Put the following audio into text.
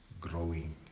growing